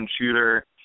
shooter